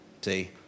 See